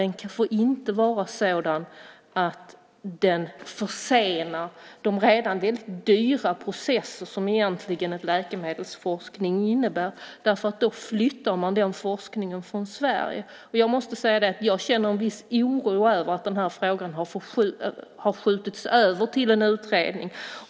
Det får inte vara sådant att det försenar de redan dyra processer som läkemedelsforskning innebär. Då flyttar man den forskningen från Sverige. Jag måste säga att jag känner en viss oro över att frågan har skjutits över till en utredning.